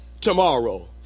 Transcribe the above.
tomorrow